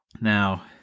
now